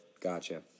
Gotcha